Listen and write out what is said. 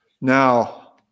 Now